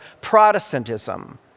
Protestantism